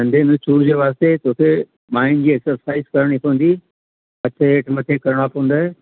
कंधे में सूर जे वास्ते तोखे माइंड जी एक्सरसाइज़ करिणी पवंदी हथ हेठि मथे करिणा पवंदे